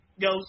goes